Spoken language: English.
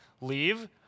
leave